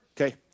Okay